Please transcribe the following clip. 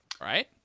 Right